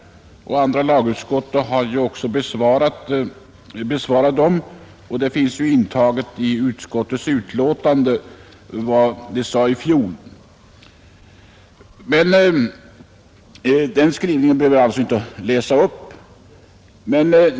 Andra lagutskottet besvarade dem, och det finns ju intaget i utskottets betänkande vad vi sade i fjol. Den skrivningen behöver alltså inte läsas upp.